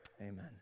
Amen